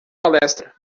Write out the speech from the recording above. palestra